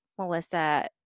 Melissa